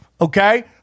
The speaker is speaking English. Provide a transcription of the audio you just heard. Okay